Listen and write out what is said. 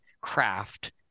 craft